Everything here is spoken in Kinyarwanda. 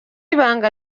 ibanga